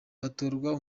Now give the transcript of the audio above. batorwa